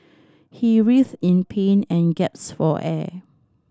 he writhed in pain and for air